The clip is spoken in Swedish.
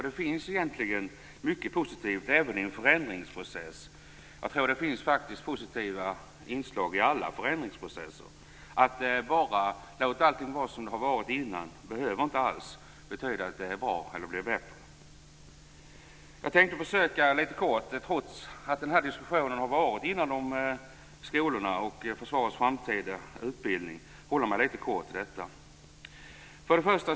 Det finns ju egentligen mycket som är positivt även i en förändringsprocess. Jag tror att det faktiskt finns positiva inslag i alla förändringsprocesser. Att bara låta allting vara som det har varit tidigare behöver inte alls betyda att det är bra eller att det blir bättre. Trots att det redan har varit en diskussion om skolor och försvarets framtida utbildning tänkte jag försöka hålla mig litet kort till detta.